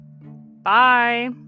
Bye